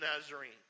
Nazarene